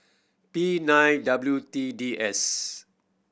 P nine W T D S